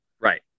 Right